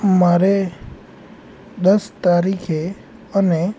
મારે દસ તારીખે અને